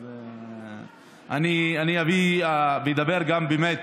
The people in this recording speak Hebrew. אז אדבר גם באמת